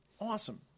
Awesome